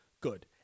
Good